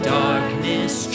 darkness